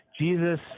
Jesus